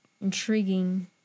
intriguing